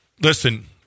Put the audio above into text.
Listen